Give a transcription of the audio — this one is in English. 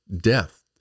death